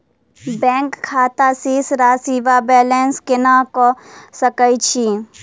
Bank खाता शेष राशि वा बैलेंस केना कऽ सकय छी?